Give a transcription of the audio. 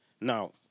Now